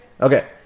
Okay